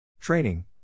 Training